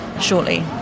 shortly